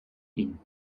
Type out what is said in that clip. ihn